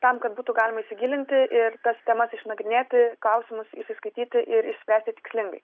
tam kad būtų galima įsigilinti ir tas temas išnagrinėti klausimus įsiskaityti ir išspręsti tikslingai